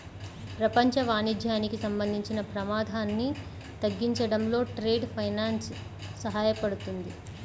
ప్రపంచ వాణిజ్యానికి సంబంధించిన ప్రమాదాన్ని తగ్గించడంలో ట్రేడ్ ఫైనాన్స్ సహాయపడుతుంది